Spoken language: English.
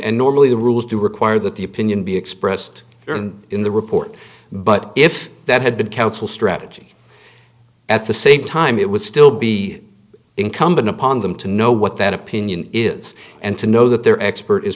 and normally the rules do require that the opinion be expressed in the report but if that had been counsel strategy at the same time it would still be incumbent upon them to know what that opinion is and to know that their expert is